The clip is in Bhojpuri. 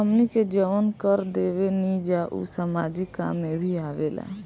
हमनी के जवन कर देवेनिजा उ सामाजिक काम में भी आवेला